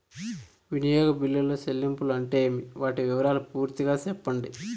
వినియోగ బిల్లుల చెల్లింపులు అంటే ఏమి? వాటి వివరాలు పూర్తిగా సెప్పండి?